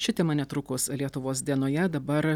ši tema netrukus lietuvos dienoje dabar